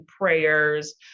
prayers